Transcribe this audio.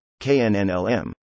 KnnLM